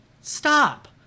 Stop